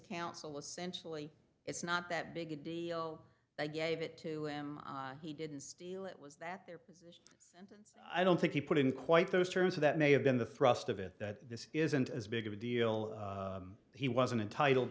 counsel essentially it's not that big a deal i gave it to him he didn't steal it was that there was and i don't think he put it in quite those terms of that may have been the thrust of it that this isn't as big of a deal he wasn't entitled